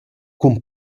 cun